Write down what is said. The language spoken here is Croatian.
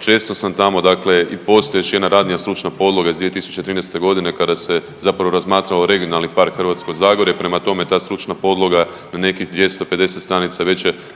često sam tamo dakle i postoji još jedna ranija stručna podloga iz 2013. godine kada se zapravo razmatralo regionalni park Hrvatsko zagorje prema tome ta stručna podloga na nekih 250 stranica već